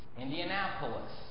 Indianapolis